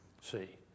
See